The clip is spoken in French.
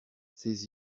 ses